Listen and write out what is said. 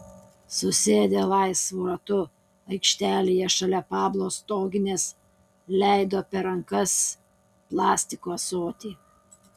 susėdę laisvu ratu aikštelėje šalia pablo stoginės leido per rankas plastiko ąsotį